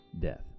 death